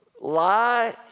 lie